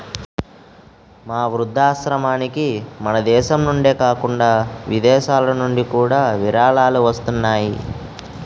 మా వృద్ధాశ్రమానికి మనదేశం నుండే కాకుండా విదేశాలనుండి కూడా విరాళాలు వస్తున్నాయి